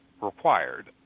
required